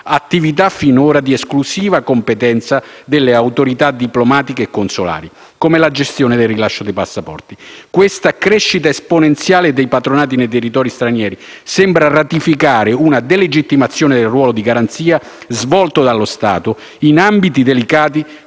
attività finora di esclusiva competenza delle autorità diplomatiche e consolari, come la gestione del rilascio dei passaporti. Questa crescita esponenziale di patronati nei territori stranieri sembra ratificare una delegittimazione del ruolo di garanzia svolto dallo Stato in ambiti delicati